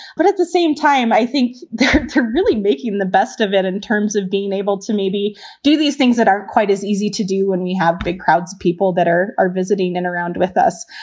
but at the same time, i think they're really making the best of it in terms of being able to maybe do these things that are quite as easy to do when we have big crowds, people that are are visiting and around with us.